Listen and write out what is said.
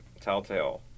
Telltale